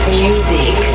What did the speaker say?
music